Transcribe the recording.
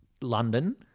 London